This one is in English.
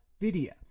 Video